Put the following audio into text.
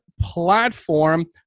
platform